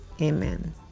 amen